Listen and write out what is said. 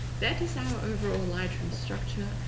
that is our overall lightroom structure.